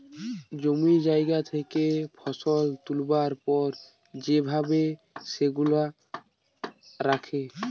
জমি জায়গা থেকে ফসল তুলবার পর যে ভাবে সেগুলা রাখে